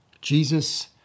Jesus